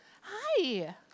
Hi